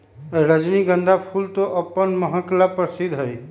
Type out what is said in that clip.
रजनीगंधा फूल तो अपन महक ला प्रसिद्ध हई